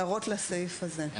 הערות לסעיף הזה, בבקשה.